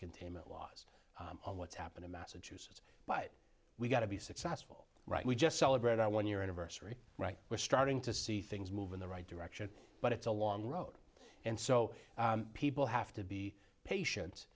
containment laws on what's happened in massachusetts but we've got to be successful right we just celebrate our one year anniversary right we're starting to see things move in the right direction but it's a long road and so people have to be patient